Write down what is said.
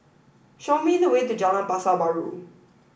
show me the way to Jalan Pasar Baru